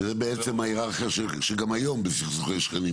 שזה בעצם ההיררכיה שקובעת גם היום בסכסוכי שכנים.